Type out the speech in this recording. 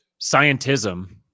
scientism